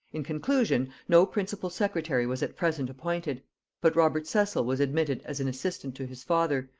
in conclusion, no principal secretary was at present appointed but robert cecil was admitted as an assistant to his father,